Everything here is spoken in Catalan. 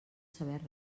saber